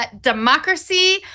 democracy